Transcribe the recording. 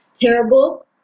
terrible